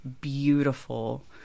beautiful